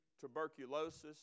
tuberculosis